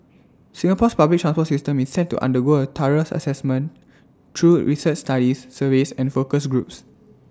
Singapore's public transport system is set to undergo A thorough Assessment through research studies surveys and focus groups